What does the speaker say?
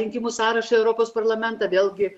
rinkimų sąrašą į europos parlamentą vėlgi